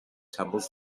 tumbles